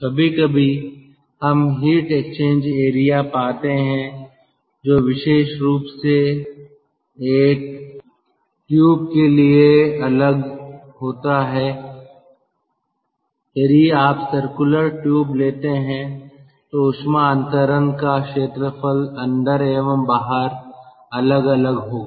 कभी कभी हम हीट एक्सचेंज एरिया पाते हैं जो विशेष रूप से एक ट्यूब के लिए अलग होता है यदि आप सर्कुलर ट्यूब लेते हैं तो उस्मा अंतरण का क्षेत्रफल अंदर एवं बाहर अलग अलग होगा